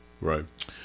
Right